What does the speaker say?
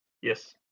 Yes